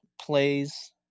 plays